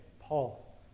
Paul